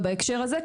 ובהקשר הזה,